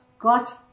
got